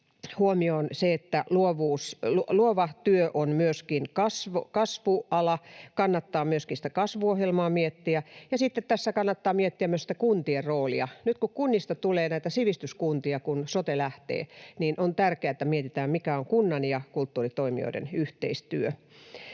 huomioon se, että luova työ on myöskin kasvuala. Kannattaa myöskin sitä kasvuohjelmaa miettiä, ja sitten tässä kannattaa miettiä myös sitä kuntien roolia. Nyt kun kunnista tulee näitä sivistyskuntia, kun sote lähtee, niin on tärkeää, että mietitään, mikä on kunnan ja kulttuuritoimijoiden yhteistyö.